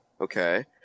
okay